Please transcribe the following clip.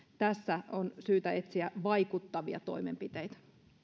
tässä on syytä etsiä vaikuttavia toimenpiteitä